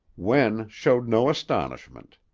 wen showed no astonishment.